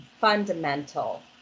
fundamental